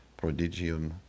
prodigium